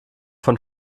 von